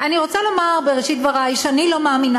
אני רוצה לומר בראשית דברי שאני לא מאמינה